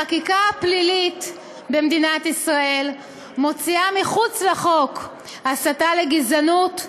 החקיקה הפלילית במדינת ישראל מוציאה מחוץ לחוק הסתה לגזענות.